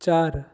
चार